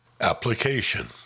application